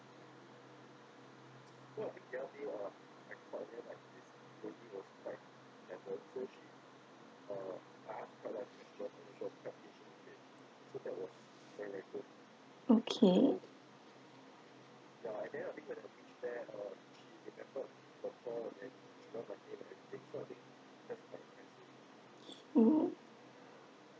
okay mm